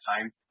time